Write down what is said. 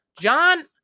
John